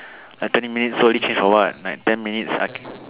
like thirty minutes so early change for what like ten minutes I can